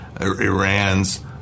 Iran's